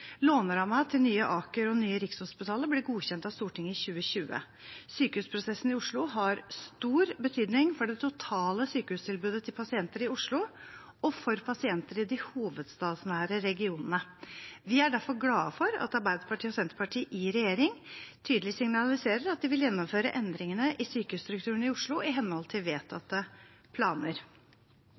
til nye Aker og nye Rikshospitalet ble godkjent av Stortinget i 2020. Sykehusprosessen i Oslo har stor betydning for det totale sykehustilbudet til pasienter i Oslo og for pasienter i de hovedstadsnære regionene. Vi er derfor glad for at Arbeiderpartiet og Senterpartiet i regjering tydelig signaliserer at de vil gjennomføre endringene i sykehusstrukturen i Oslo i henhold til vedtatte planer.